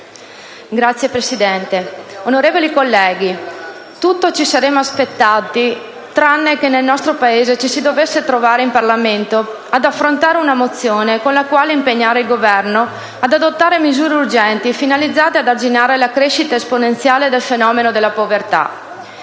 Signor Presidente, onorevoli colleghi, tutto ci saremmo aspettati tranne che nel nostro Paese ci si dovesse trovare in Parlamento ad affrontare una mozione con la quale impegnare il Governo ad adottare misure urgenti finalizzate ad arginare la crescita esponenziale del fenomeno della povertà.